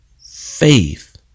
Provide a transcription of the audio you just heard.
faith